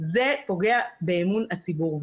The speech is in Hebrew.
זה פוגע באמון הציבור,